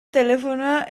telefonoa